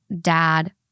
dad